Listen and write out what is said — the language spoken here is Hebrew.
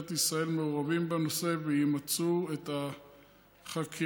ישראל מעורבים בנושא וימצו את החקירה,